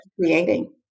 creating